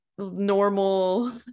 normal